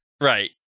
Right